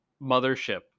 mothership